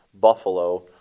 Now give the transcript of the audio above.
Buffalo